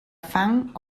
fang